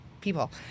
people